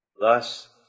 Thus